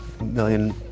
million